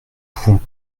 pouvons